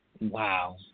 Wow